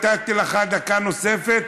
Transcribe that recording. נתתי לך דקה נוספת,